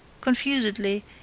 confusedly